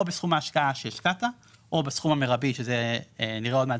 בסכום ההשקעה שהשקעת או בסכום המרבי שזה נראה עוד מעט,